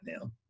now